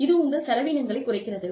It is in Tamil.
இது உங்கள் செலவினங்களைக் குறைக்கிறது